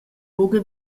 buca